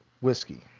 whiskey